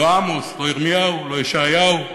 לא עמוס, לא ירמיהו, לא ישעיהו,